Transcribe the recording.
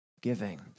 giving